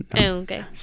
okay